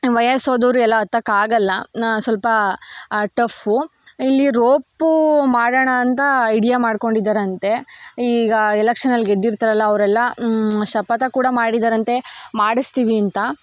ವಯಸ್ಸಾದವರು ಎಲ್ಲ ಹತ್ತೋಕ್ ಆಗೋಲ್ಲ ಸ್ವಲ್ಪ ಟಫ್ಫು ಇಲ್ಲಿ ರೋಪು ಮಾಡೋಣ ಅಂತ ಐಡಿಯಾ ಮಾಡ್ಕೊಂಡಿದಾರಂತೆ ಈಗ ಎಲೆಕ್ಷನಲ್ಲಿ ಗೆದ್ದಿರ್ತಾರಲ್ಲ ಅವರೆಲ್ಲ ಶಪಥ ಕೂಡ ಮಾಡಿದ್ದಾರಂತೆ ಮಾಡಿಸ್ತಿವಿ ಅಂತ